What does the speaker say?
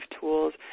tools